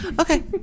Okay